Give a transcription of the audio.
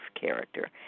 character